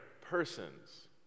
persons